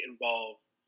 involves